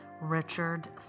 Richard